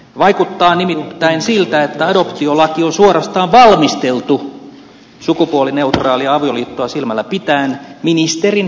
vaikuttaa nimittäin siltä että adoptiolaki on suorastaan valmisteltu sukupuolineutraalia avioliittoa silmällä pitäen ministerin selittelyistä huolimatta